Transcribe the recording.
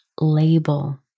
label